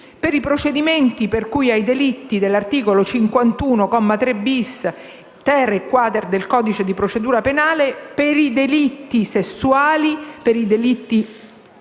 per i procedimenti per cui ai delitti dell'articolo 51, commi 3-*bis*, 3 e 3-*quater* del codice di procedura penale, per i delitti sessuali, per i delitti